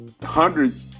hundreds